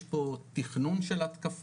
יש פה תכנון של התקפה,